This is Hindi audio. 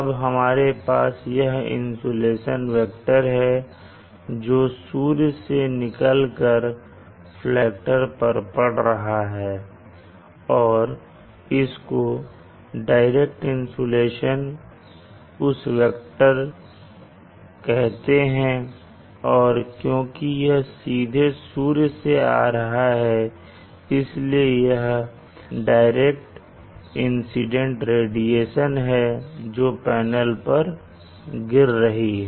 अब हमारे पास यह इंसुलेशन वेक्टर है जो सूर्य से निकल कर फ्लैट प्लेट कलेक्टर पर पड रहा है और इसको डायरेक्ट इंसुलेशन उस वेक्टर कहते हैं और क्योंकि यह सीधे सूर्य से आ रहा है इसलिए यह डायरेक्ट इंसिडेंट रेडिएशन है जो पैनल पर गिर रही है